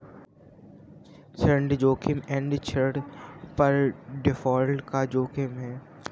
ऋण जोखिम एक ऋण पर डिफ़ॉल्ट का जोखिम है